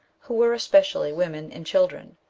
who were especially women and children.